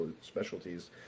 specialties